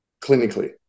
clinically